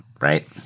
right